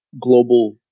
global